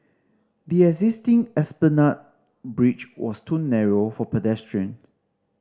the existing Esplanade Bridge was too narrow for pedestrians